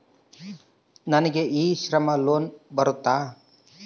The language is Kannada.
ನನಗೆ ಇ ಶ್ರಮ್ ಲೋನ್ ಬರುತ್ತಾ?